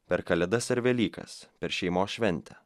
per kalėdas ar velykas per šeimos šventę